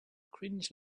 cringe